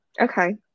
Okay